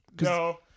No